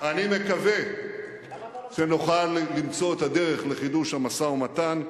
אני מקווה שנוכל למצוא את הדרך לחידוש המשא-ומתן.